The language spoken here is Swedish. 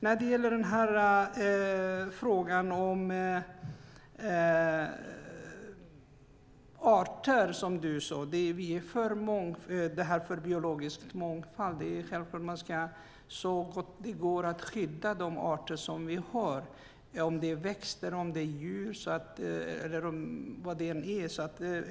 Bodil Ceballos tog upp frågan om arter och biologisk mångfald. Självklart ska vi skydda de arter som finns, växter, djur, vad det än är fråga om.